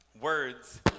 Words